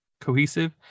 cohesive